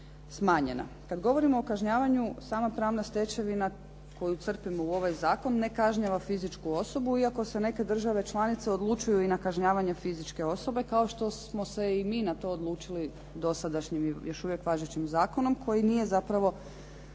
smanjena. Kad govorimo o kažnjavanju, sama pravna stečevina koju crpimo u ovaj zakon ne kažnjava fizičku osobu iako se neke države članice odlučuju i na kažnjavanje fizičke osobe, kao što smo se i mi na to odlučili dosadašnjim i još uvijek važećim zakonom koji nije zapravo